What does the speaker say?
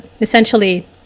essentially